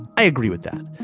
i agree with that.